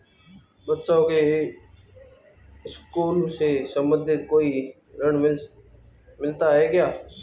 बच्चों के लिए स्कूल से संबंधित कोई ऋण मिलता है क्या?